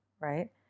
right